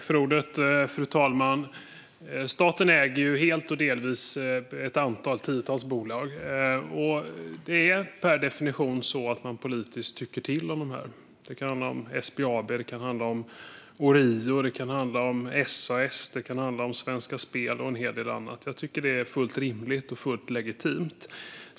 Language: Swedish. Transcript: Fru talman! Staten äger helt och delvis ett tiotal bolag. Det är per definition så att man politiskt tycker till om dessa. Det kan handla om SBAB, Orio, SAS, Svenska Spel och en hel del andra. Jag tycker att det är fullt rimligt och legitimt.